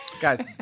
Guys